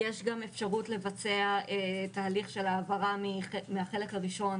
יש גם אפשרות לבצע תהליך של העברה מהחלק הראשון